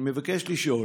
אני מבקש לשאול: